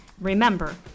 Remember